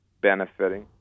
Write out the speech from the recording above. benefiting